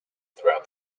throughout